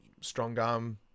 strong-arm